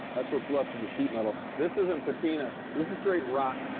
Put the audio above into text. that's what's left of the sheet metal. this isn't patina. this is straight rotten.